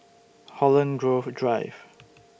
Holland Grove Drive